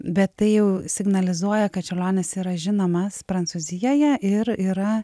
bet tai jau signalizuoja kad čiurlionis yra žinomas prancūzijoje ir yra